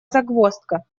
загвоздка